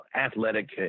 athletic